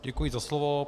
Děkuji za slovo.